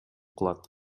кылат